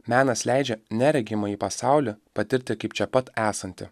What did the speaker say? menas leidžia neregimąjį pasaulį patirti kaip čia pat esantį